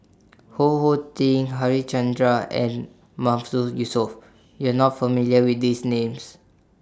Ho Ho Ding Harichandra and Mahmood Yusof YOU Are not familiar with These Names